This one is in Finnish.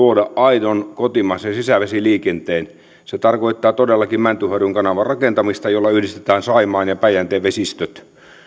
aidon kotimaisen sisävesiliikenteen se tarkoittaa todellakin mäntyharjun kanavan rakentamista jolla yhdistetään saimaan ja päijänteen vesistöt